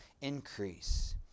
increase